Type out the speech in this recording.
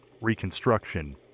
reconstruction